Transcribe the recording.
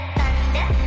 Thunder